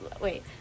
Wait